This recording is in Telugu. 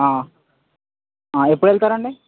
ఎప్పుడు వెళతారు అండి